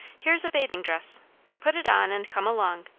here's a bathing dress put it on and come along.